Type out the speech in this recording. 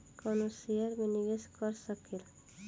कवनो शेयर मे निवेश कर सकेल